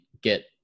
get